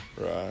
Right